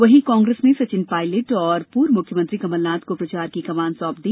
वहीं कांग्रेस ने सचिन पायलट और पूर्व मुख्यमंत्री कमलनाथ को प्रचार की कमान सौंप दी